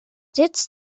sitz